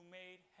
made